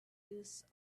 used